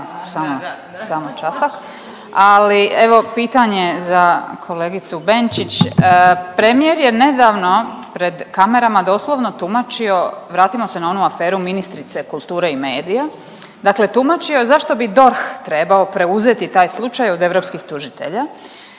samo časak. Ali evo pitanje za kolegicu Benčić. Premijer je nedavno pred kamerama doslovno tumačio vratimo se na onu aferu ministrice kulture i medija, dakle tumačio je zašto bi DORH trebao preuzeti taj slučaj od europskih tužitelja